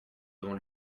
devant